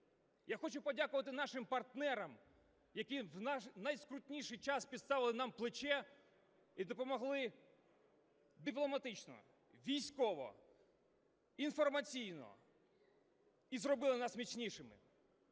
Я хочу подякувати нашим партнерам, які в найскрутніший час підставили нам плече і допомогли дипломатично, військово, інформаційно і зробили нас міцнішими.